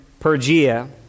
Pergia